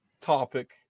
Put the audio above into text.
topic